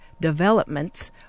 developments